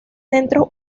centros